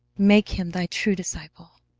make him thy true disciple.